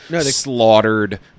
slaughtered